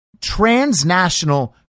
transnational